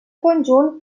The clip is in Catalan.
conjunt